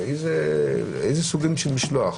איזה סוגים של משלוח?